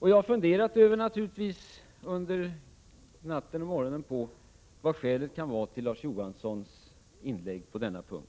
Under natten och morgonen har jag naturligtvis funderat över vad som kan vara skälet till Larz Johanssons inlägg på denna punkt.